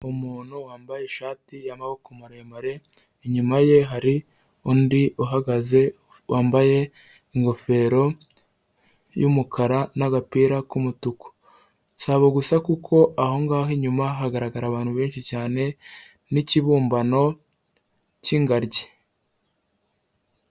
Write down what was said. Umuntu wambaye ishati y'amaboko maremare, inyuma ye hari undi uhagaze wambaye ingofero y'umukara n'agapira k'umutuku, si abo gusa kuko aho ngaho inyuma hagaragara abantu benshi cyane n'ikibumbano cy'ingagi.